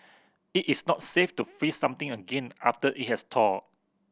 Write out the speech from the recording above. it is not safe to freeze something again after it has thawed